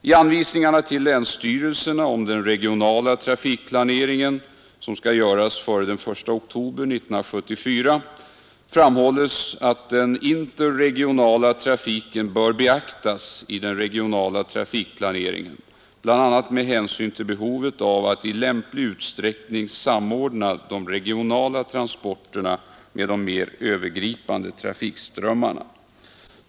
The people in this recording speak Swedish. I anvisningarna till länsstyrelserna om den regionala trafikplaneringen, som skall göras före den 1 oktober 1974, framhålles att den interregionala trafiken bör beaktas i den regionala trafikplaneringen, bl.a. med hänsyn till behovet av att i lämplig utsträckning samordna de regionala transporterna med de mera övergripande trafikströmmarna.